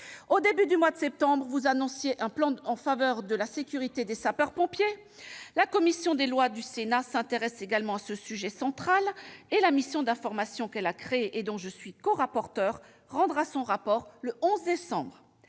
monsieur le ministre, vous annonciez un plan en faveur de la sécurité des sapeurs-pompiers. La commission des lois du Sénat s'intéresse également à ce sujet central et la mission d'information qu'elle a créée, dont je suis corapporteur, rendra son rapport le 11 décembre.